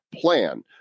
plan